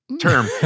term